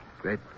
Great